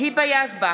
היבה יזבק,